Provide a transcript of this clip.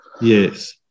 yes